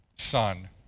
son